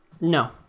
No